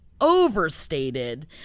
overstated